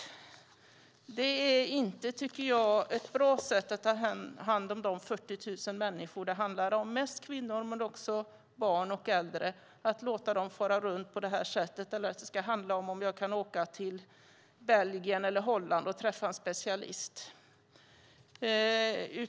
Jag tycker inte att det är ett bra sätt att ta hand om de 40 000 människor det handlar om - mest kvinnor men också barn och äldre - att låta dem fara runt på det här sättet. Det ska inte handla om huruvida man kan åka till Belgien eller Holland och träffa en specialist.